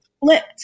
flipped